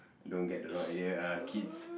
don't get the wrong idea ah kids